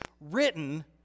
written